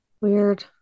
Weird